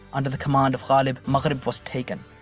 under the command of ghalib, maghreb was taken.